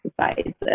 exercises